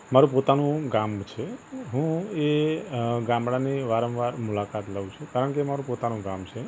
મારું પોતાનું ગામ છે હું એ ગામડાંની વારંવાર મુલાકાત લઉં છું અને કારણ કે એ મારું પોતાનું ગામ છે